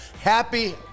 Happy